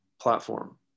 platform